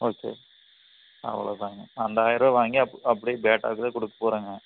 okay அவ்வளோதாங்க அந்த ஆயர ரூபா வாங்கி அப் அப்படியே பேட்டாக்கு தான் கொடுக்கப் போகிறேங்க